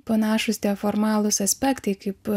panašūs tie formalūs aspektai kaip